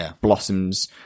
blossoms